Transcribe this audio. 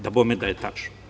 Dabome da je tačno.